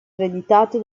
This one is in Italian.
ereditato